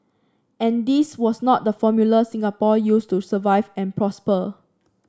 and this was not the formula Singapore used to survive and prosper